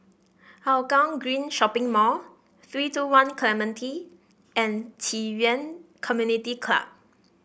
Hougang Green Shopping Mall three two One Clementi and Ci Yuan Community Club